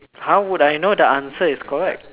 how would I know the answer is correct